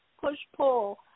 push-pull